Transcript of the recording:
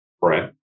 Brent